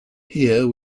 here